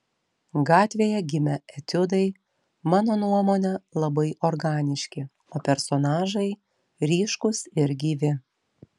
gatvėje gimę etiudai mano nuomone labai organiški o personažai ryškūs ir gyvi